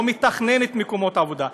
לא מתכננת מקומות עבודה,